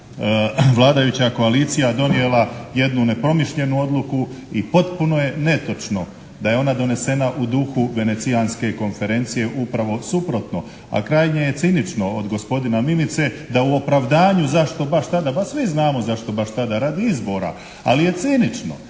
vladajuća koalicija donijela jednu promišljenu odluku i potpuno je netočno da je ona donesena u duhu Venecijanske konferencije upravo suprotno a krajnje je cinično od gospodina Mimice da u opravdanju zašto baš sada, pa svi znamo zašto baš sada, radi izbora. Ali je cinično